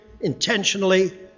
intentionally